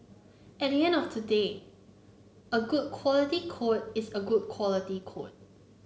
at the end of the day a good quality code is a good quality code